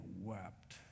wept